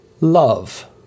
love